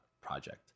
project